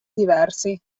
diversi